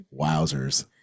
wowzers